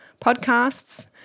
podcasts